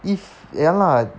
if ya lah